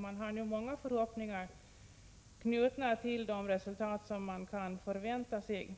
Många förhoppningar har också knutits till de resultat som man nu kan förvänta sig.